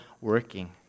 working